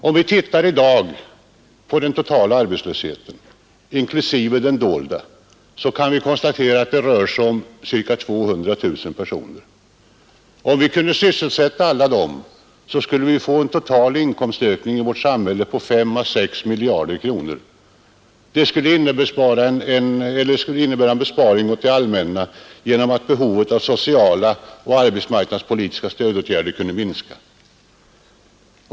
Om vi i dag tittar på den totala arbetslösheten, inklusive den dolda, så kan vi konstatera att det rör sig om ca 200 000 personer. Om vi kunde sysselsätta dem skulle vi få en total inkomstökning i vårt samhälle på 5 å 6 miljarder kronor. Det skulle innebära en besparing åt det allmänna genom att behovet av sociala och arbetsmarknadspolitiska stödåtgärder skulle minska.